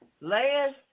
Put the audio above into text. Last